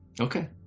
Okay